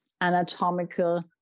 anatomical